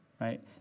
right